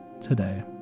today